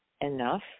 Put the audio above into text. enough